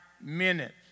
minutes